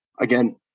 again